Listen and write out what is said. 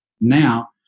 now